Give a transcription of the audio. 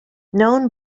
known